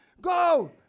go